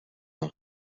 ans